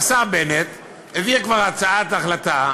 השר בנט הביא כבר הצעת החלטה,